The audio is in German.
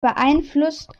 beeinflusst